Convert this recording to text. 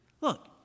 Look